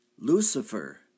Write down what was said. Lucifer